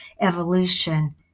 evolution